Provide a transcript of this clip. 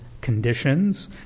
conditions